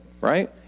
Right